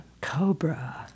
Cobra